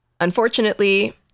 Unfortunately